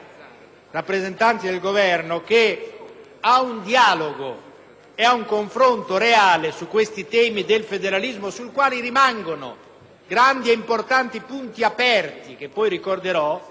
rappresentanti del Governo, che al dialogo e al confronto reale sui temi del federalismo (sul quale rimangono grandi ed importanti punti aperti, su cui poi mi soffermerò)